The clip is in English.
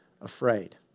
afraid